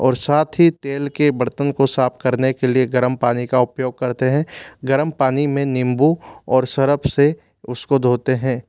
और साथ ही तेल के बर्तन को साफ़ करने के लिए गर्म पानी का उपयोग करते हैं गर्म पानी में नींबू और सरफ से उसको धोते हैं